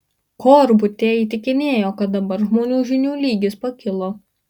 korbutė įtikinėjo kad dabar žmonių žinių lygis pakilo